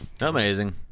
Amazing